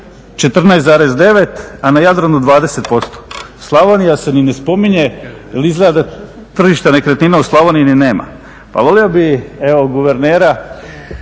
14,9, a na Jadranu 20%. Slavonija se ni ne spominje, jer izgleda da tržište nekretnina u Slavoniji ni nema. Pa volio bih evo guvernera